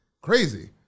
crazy